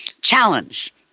challenge